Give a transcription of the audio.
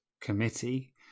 committee